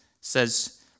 says